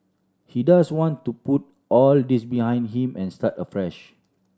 he does want to put all this behind him and start afresh